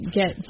get